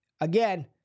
Again